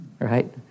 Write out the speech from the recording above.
right